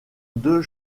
deux